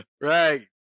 Right